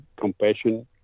compassion